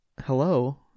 Hello